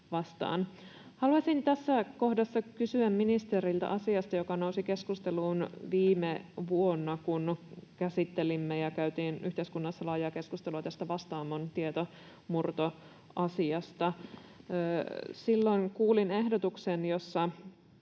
Haluaisin tässä kohdassa kysyä ministeriltä asiasta, joka nousi keskusteluun viime vuonna, kun käytiin yhteiskunnassa laajaa keskustelua tästä Vastaamon tietomurtoasiasta. Silloin kuulin, kun